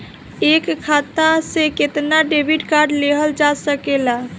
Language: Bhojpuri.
एक खाता से केतना डेबिट कार्ड लेहल जा सकेला?